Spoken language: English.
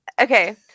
Okay